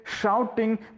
shouting